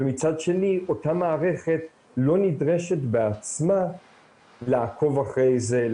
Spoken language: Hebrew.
ומצד שני אותה מערכת לא נדרשת בעצמה לעקוב אחרי זה,